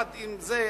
עם זה,